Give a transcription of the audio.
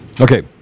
Okay